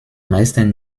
meisten